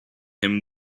him